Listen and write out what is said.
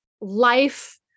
life